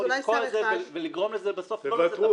יכול לתקוע את זה ולגרום לזה בסוף לא לצאת לפעול.